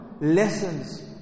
lessons